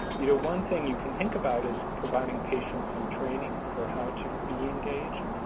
you know, one thing you can think about is providing patients some training for how to be engaged.